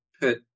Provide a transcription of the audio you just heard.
put